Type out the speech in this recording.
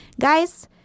guys